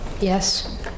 Yes